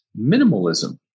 minimalism